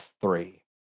three